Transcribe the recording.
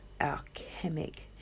alchemic